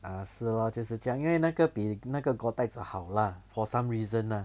ah 是 lor 就是这样因为那个比那个 gore-tex 的好 lah for some reason lah